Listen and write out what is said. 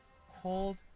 Hold